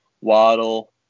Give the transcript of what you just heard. Waddle